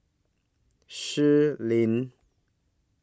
Shui Lan